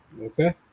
Okay